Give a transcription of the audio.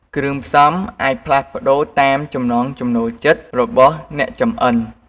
គ្រឿងផ្សំអាចផ្លាស់ប្តូរតាមចំណង់ចំណូលចិត្តរបស់អ្នកចម្អិន។